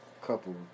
couple